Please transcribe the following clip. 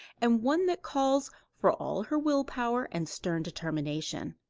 and one that calls for all her will power and stern determination.